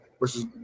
versus